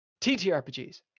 TTRPGs